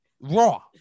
raw